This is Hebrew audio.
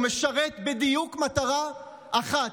הוא משרת בדיוק מטרה אחת,